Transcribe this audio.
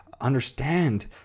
understand